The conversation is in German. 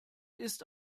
ist